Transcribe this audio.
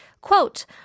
Quote